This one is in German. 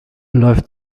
läuft